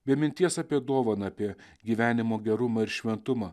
be minties apie dovaną apie gyvenimo gerumą ir šventumą